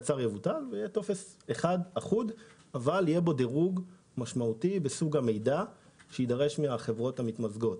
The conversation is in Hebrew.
שיהיה בו דירוג בסוג המידע שיידרש מהחברות המתמזגות.